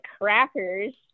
crackers